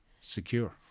secure